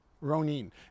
Ronin